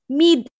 mid